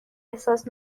احساس